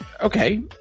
okay